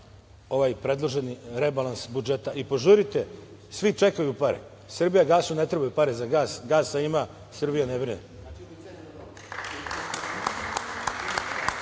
ovaj predloženi rebalans budžeta i požurite, svi čekaju pare, „Srbijagasu“ ne trebaju pare za gas, gasa ima, Srbija ne brine.